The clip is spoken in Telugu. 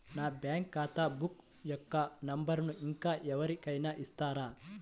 నా బ్యాంక్ ఖాతా బుక్ యొక్క నంబరును ఇంకా ఎవరి కైనా ఇస్తారా?